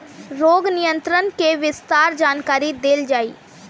रोग नियंत्रण के विस्तार जानकरी देल जाई?